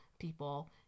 people